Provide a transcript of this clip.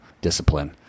discipline